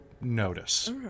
notice